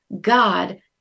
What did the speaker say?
God